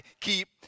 Keep